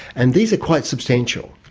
and these are quite substantial.